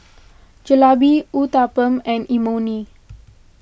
Jalebi Uthapam and Imoni